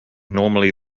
normally